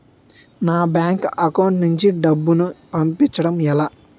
నా bank account నుంచి డబ్బును పంపించడం ఎలా?